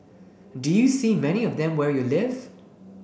do you see many of them where you live